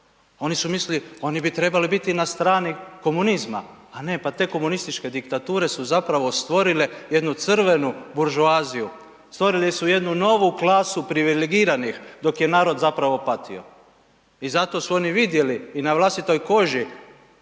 Oni su mislili, oni bi trebali biti na strani komunizma, a ne pa te komunističke diktature su zapravo stvorile jednu crvenu buržoaziju, stvorili su jednu novu klasu privilegiranih, dok je narod zapravo patio. I zato su oni vidjeli i na vlastitoj koži